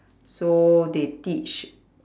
so they teach